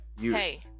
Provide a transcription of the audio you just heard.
Hey